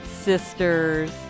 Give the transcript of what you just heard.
sisters